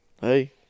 Hey